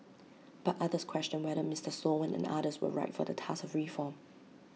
but others questioned whether Mister Sloan and others were right for the task of reform